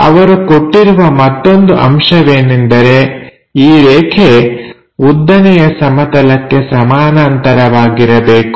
ಅವರು ಕೊಟ್ಟಿರುವ ಮತ್ತೊಂದು ಅಂಶವೇನೆಂದರೆ ಈ ರೇಖೆ ಉದ್ದನೆಯ ಸಮತಲಕ್ಕೆ ಸಮಾನಾಂತರವಾಗಿರಬೇಕು